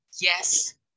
yes